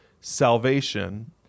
salvation